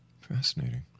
Fascinating